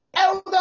Elders